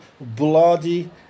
bloody